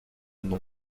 nom